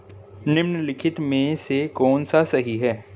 निम्नलिखित में से कौन सा सही है?